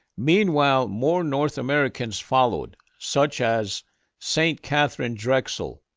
meanwhile, more north americans followed, such as saint katharine drexel,